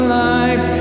life